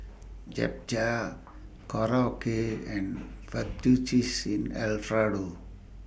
Japchae Korokke and Fettuccine Alfredo